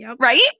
Right